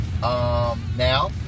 Now